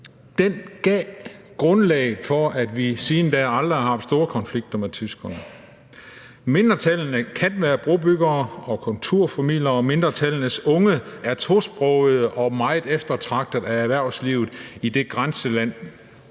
gav grundlaget for, at vi siden da aldrig har haft store konflikter med tyskerne. Mindretallene kan være brobyggere og kulturformidlere, og mindretallenes unge er tosprogede og meget eftertragtede af erhvervslivet i det grænseland,